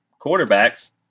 quarterbacks